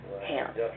hands